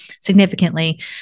significantly